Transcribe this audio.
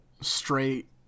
straight